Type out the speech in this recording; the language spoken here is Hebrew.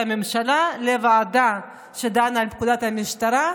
הממשלה לוועדה שדנה בפקודת המשטרה,